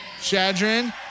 Shadrin